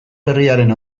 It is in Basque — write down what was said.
berriaren